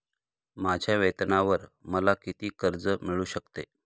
माझ्या वेतनावर मला किती कर्ज मिळू शकते?